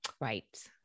right